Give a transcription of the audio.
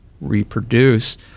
reproduce